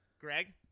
Greg